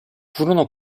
furono